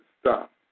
stop